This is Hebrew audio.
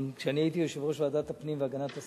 כשאני הייתי יושב-ראש ועדת הפנים והגנת הסביבה,